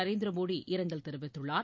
நரேந்திரமோடி இரங்கல் தெரிவித்துள்ளார்